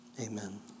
Amen